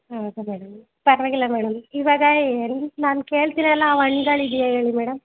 ಹ್ಞೂ ಸರಿಯಾಗಿಲ್ಲ ಪರವಾಗಿಲ್ಲ ಮೇಡಮ್ ಇವಾಗ ಏನು ನಾನು ಕೇಳ್ತಿನಲ್ಲ ಅವು ಹಣ್ಗಳು ಇದೆಯಾ ಹೇಳಿ ಮೇಡಮ್